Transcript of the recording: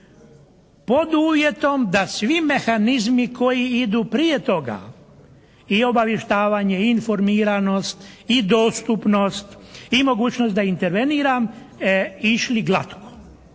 pod uvjetom da svi mehanizmi koji idu prije toga i obavještavanje, informiranost, i dostupnost, i mogućnost da interveniram išli glatko.